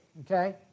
Okay